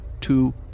two